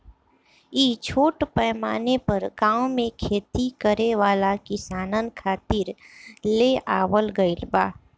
इ छोट पैमाना पर गाँव में खेती करे वाला किसानन खातिर ले आवल गईल बा